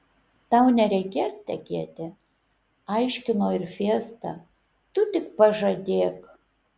tau nereikės tekėti aiškino ir fiesta tu tik pažadėk